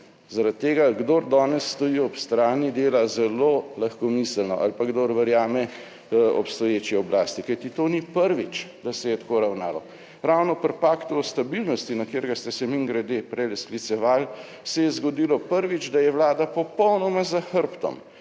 Zaradi tega, kdor danes stoji ob strani, dela zelo lahkomiselno ali pa kdor verjame obstoječi oblasti. Kajti to ni prvič, da se je tako ravnalo, ravno pri paktu o stabilnosti, na katerega ste se mimogrede prej skliceval, se je zgodilo prvič, da je Vlada popolnoma za hrbtom,